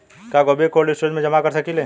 क्या गोभी को कोल्ड स्टोरेज में जमा कर सकिले?